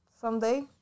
someday